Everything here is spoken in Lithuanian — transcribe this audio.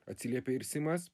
atsiliepė ir simas